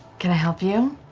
can i help you?